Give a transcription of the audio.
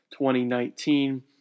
2019